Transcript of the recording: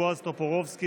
בועז טופורובסקי,